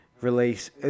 release